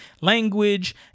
language